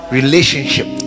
relationship